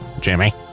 Jimmy